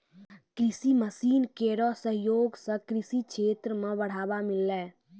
कृषि मसीन केरो सहयोग सें कृषि क्षेत्र मे बढ़ावा मिललै